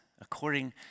according